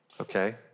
okay